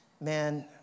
man